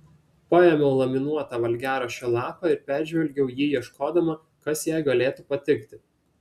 paėmiau laminuotą valgiaraščio lapą ir peržvelgiau jį ieškodama kas jai galėtų patikti